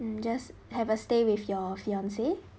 mm just have a stay with your fiancée